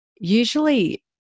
usually